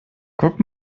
guck